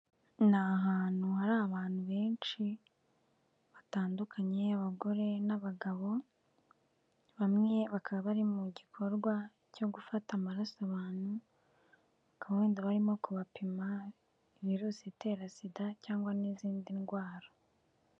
Ni ahantu hari abantu benshi batandukanye, abagore n'abagabo bamwe bakaba bari mu gikorwa cyo gufata amaraso abantu. Gahunda barimo kubapima virusi itera SIDA cyangwa n'izindi ndwara.